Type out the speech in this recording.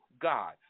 God